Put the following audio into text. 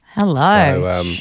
Hello